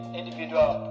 individual